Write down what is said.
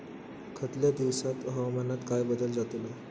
यतल्या दिवसात हवामानात काय बदल जातलो?